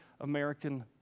American